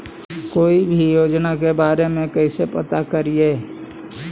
कोई भी योजना के बारे में कैसे पता करिए?